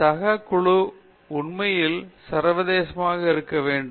பின்னர் இறுதியாக சக குழு உண்மையிலேயே சர்வதேச இருக்க வேண்டும்